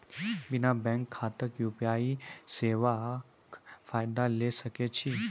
बिना बैंक खाताक यु.पी.आई सेवाक फायदा ले सकै छी?